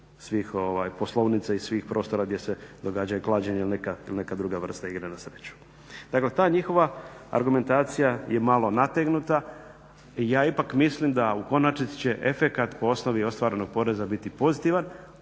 svih poslovnica i svih prostora gdje se događaju klađenja ili neka druga vrsta igre na sreću. Dakle ta njihova argumentacija je malo nategnuta i ja ipak mislim da u konačnici će efekt po osnovi ostvarenog poreza biti pozitivan,